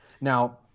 Now